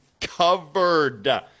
covered